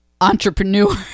entrepreneur